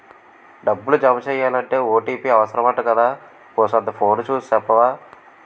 డబ్బులు జమెయ్యాలంటే ఓ.టి.పి అవుసరమంటగదా కూసంతా ఫోను సూసి సెప్పవా